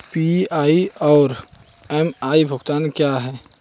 PI और MI भुगतान क्या हैं?